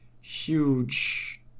huge